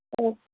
okay